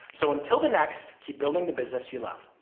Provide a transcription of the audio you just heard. so until the next, keep building the business, you love.